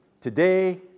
today